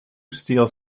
steele